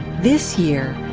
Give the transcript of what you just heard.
this year,